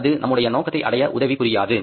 அது நம்முடைய நோக்கத்தை அடைய உதவி புரியாது